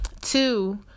two